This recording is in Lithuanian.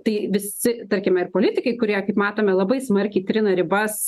tai visi tarkime ir politikai kurie kaip matome labai smarkiai trina ribas